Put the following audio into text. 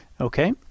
Okay